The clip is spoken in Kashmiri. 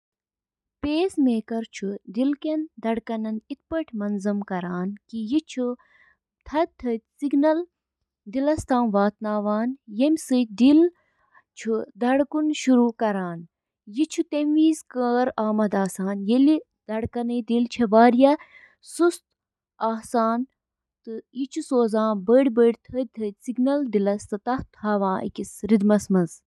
اکھ ٹوسٹر چُھ گرمی پٲدٕ کرنہٕ خٲطرٕ بجلی ہنٛد استعمال کران یُس روٹی ٹوسٹس منٛز براؤن چُھ کران۔ ٹوسٹر اوون چِھ برقی کرنٹ سۭتۍ کوائلن ہنٛد ذریعہٕ تیار گژھن وٲل انفراریڈ تابکٲری ہنٛد استعمال کٔرتھ کھین بناوان۔